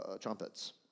trumpets